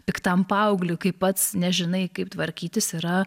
piktam paaugliui kai pats nežinai kaip tvarkytis yra